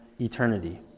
eternity